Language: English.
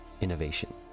innovation